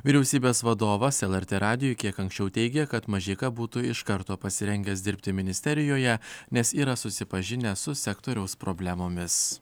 vyriausybės vadovas lrt radijui kiek anksčiau teigė kad mažeika būtų iš karto pasirengęs dirbti ministerijoje nes yra susipažinęs su sektoriaus problemomis